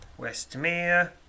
Westmere